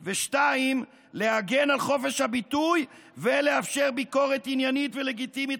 2. להגן על חופש הביטוי ולאפשר ביקורת עניינית ולגיטימית